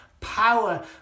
power